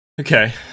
Okay